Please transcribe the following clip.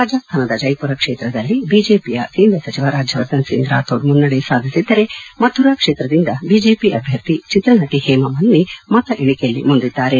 ರಾಜಸ್ಥಾನದ ಜೈಪುರ ಕ್ಷೇತ್ರದಲ್ಲಿ ಬಿಜೆಪಿಯ ಕೇಂದ್ರ ಸಚಿವ ರಾಜ್ಯವರ್ಧನ್ ಸಿಂಗ್ ರಾಥೋಡ್ ಮುನ್ನಡೆ ಸಾಧಿಸಿದ್ದರೆ ಮಥುರಾ ಕ್ಷೇತ್ರದಿಂದ ಬಿಜೆಪಿ ಅಭ್ಯರ್ಥಿ ಚಿತ್ರನಟ ಹೇಮಾಮಾಲಿನಿ ಮತ ಎಣಿಕೆಯಲ್ಲಿ ಮುಂದಿದ್ದಾರೆ